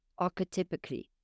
archetypically